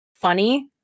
funny